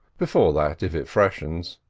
before that if it freshens.